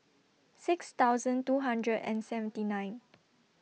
six thousand two hundred and seventy nine